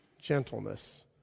gentleness